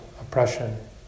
oppression